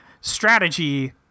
strategy